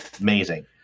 amazing